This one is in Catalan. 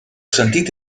sentit